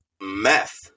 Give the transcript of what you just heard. meth